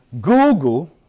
Google